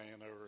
over